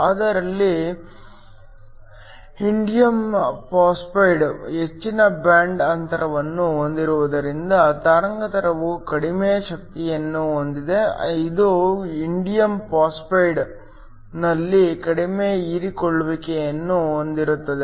ಆದರೆ ಇಲ್ಲಿ indium phosphide ಹೆಚ್ಚಿನ ಬ್ಯಾಂಡ್ ಅಂತರವನ್ನು ಹೊಂದಿರುವುದರಿಂದ ತರಂಗಾಂತರವು ಕಡಿಮೆ ಶಕ್ತಿಯನ್ನು ಹೊಂದಿದೆ ಇದು ಇಂಡಿಯಮ್ ಫಾಸ್ಫೈಡ್ನಲ್ಲಿ ಕಡಿಮೆ ಹೀರಿಕೊಳ್ಳುವಿಕೆಯನ್ನು ಹೊಂದಿರುತ್ತದೆ